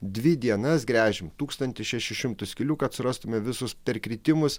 dvi dienas gręžėm tūkstantį šešis šimtus skylių kad surastumėme visus perkritimus